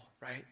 right